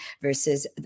versus